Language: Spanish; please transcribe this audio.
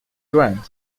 grant